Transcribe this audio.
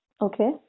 Okay